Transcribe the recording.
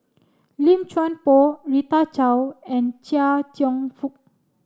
Lim Chuan Poh Rita Chao and Chia Cheong Fook